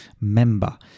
member